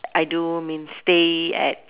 I do mean stay at